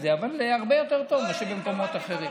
אבל הרבה יותר טוב מאשר במקומות אחרים.